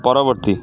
ପରବର୍ତ୍ତୀ